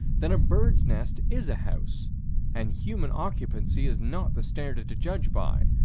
then a bird's nest is a house and human occupancy is not the standard to judge by,